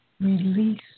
release